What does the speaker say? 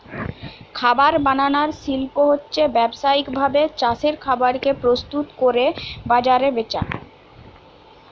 খাবার বানানার শিল্প হচ্ছে ব্যাবসায়িক ভাবে চাষের খাবার কে প্রস্তুত কোরে বাজারে বেচা